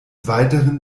weiteren